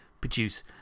produce